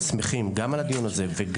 זה במבחן התמיכות